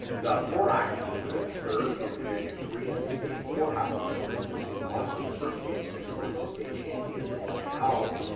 the floor hockey team finished third in division three at the state floor hockey tournament. the team lost in the first game six-one to state champion orland elves,